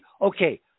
okay